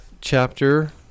chapter